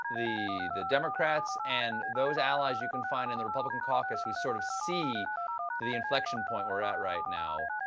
the the democrats and those allies you can find in the republican caucus, who can sort of see the the inflection point we're at right now